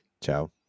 Ciao